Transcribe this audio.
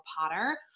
Potter